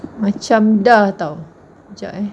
macam dah [tau] kejap eh